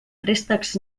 préstecs